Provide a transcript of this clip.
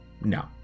No